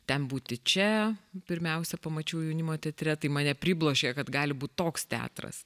ten būti čia pirmiausia pamačiau jaunimo teatre tai mane pribloškė kad gali būt toks teatras